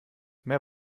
mehr